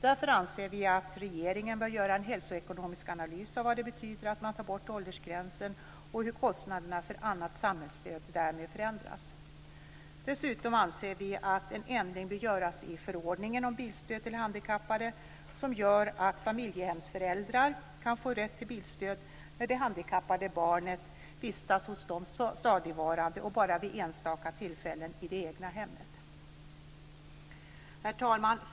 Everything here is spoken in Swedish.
Därför anser vi att regeringen bör göra en hälsoekonomisk analys av vad det betyder att man tar bort åldersgränsen och hur kostnaderna för annat samhällsstöd därmed förändras. Dessutom anser vi att en ändring bör göras i förordningen om bilstöd till handikappade som gör att familjehemsföräldrar kan få rätt till bilstöd när det handikappade barnet vistas hos dem stadigvarande och bara vid enstaka tillfällen i det egna hemmet. Herr talman!